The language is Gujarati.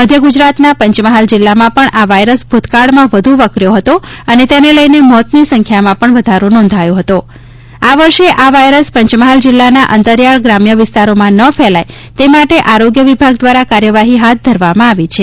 મધ્ય ગુજરાતના પંચમહાલ જીલ્લામાં પહ્ન આ વાયરસ ભૂતકાળમાં વધુ વકર્યો હતો અને તેને લઈને મોતની સંખ્યામાં પજ઼ વધારો નોધાયો હતો આ વર્ષે આ વાયરસ પંચમહાલ જીલ્લાના અંતરિયાળ ગ્રામ્ય વિસ્તારોમાં ન ફેલાય તે માટે આરોગ્ય વિભાગ દ્વારા કાર્યવાહી હાથ ધરવામાં આવી છે